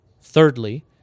Thirdly